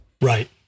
Right